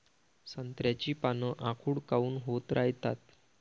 संत्र्याची पान आखूड काऊन होत रायतात?